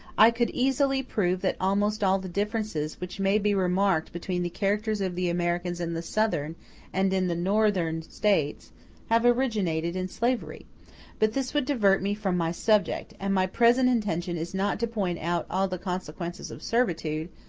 i could easily prove that almost all the differences which may be remarked between the characters of the americans in the southern and in the northern states have originated in slavery but this would divert me from my subject, and my present intention is not to point out all the consequences of servitude,